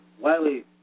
Wiley